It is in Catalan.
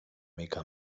mica